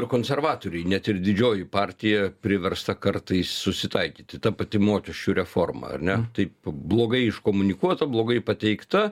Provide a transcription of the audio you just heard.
ir konservatoriai net ir didžioji partija priversta kartais susitaikyti ta pati mokesčių reforma ar ne taip blogai iškomunikuota blogai pateikta